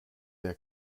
der